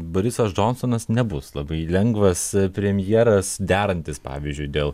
borisas džonsonas nebus labai lengvas premjeras derantis pavyzdžiui dėl